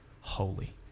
holy